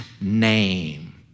name